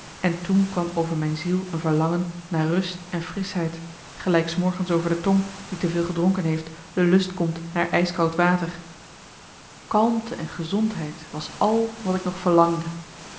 en toen kwam over mijn ziel een verlangen naar rust en frischheid gelijk's morgens over de tong die te veel gedronken heeft de lust komt naar ijskoud water kalmte en gezondheid was al wat ik nog verlangde